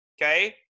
Okay